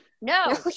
No